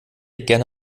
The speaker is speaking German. gerne